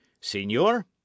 Signor